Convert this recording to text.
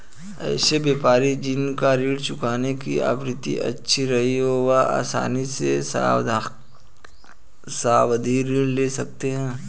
ऐसे व्यापारी जिन का ऋण चुकाने की आवृत्ति अच्छी रही हो वह आसानी से सावधि ऋण ले सकते हैं